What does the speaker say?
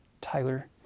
Tyler